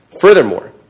Furthermore